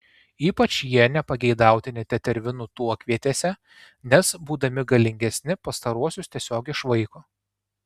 ypač jie nepageidautini tetervinų tuokvietėse nes būdami galingesni pastaruosius tiesiog išvaiko